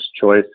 choice